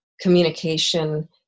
communication